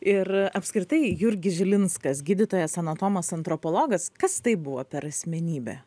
ir apskritai jurgis žilinskas gydytojas anatomas antropologas kas tai buvo per asmenybė